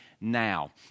now